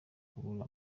kubura